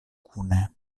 kune